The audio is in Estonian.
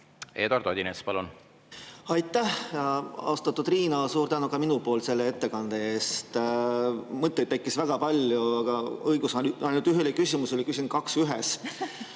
Eduard Odinets, palun! Aitäh! Austatud Riina! Suur tänu ka minu poolt selle ettekande eest. Mõtteid tekkis väga palju, aga õigus on ainult ühele küsimusele, küsin kaks ühes.